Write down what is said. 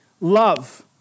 Love